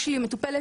יש לי כרגע מטופלת,